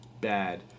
bad